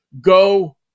Go